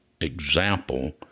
example